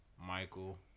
Michael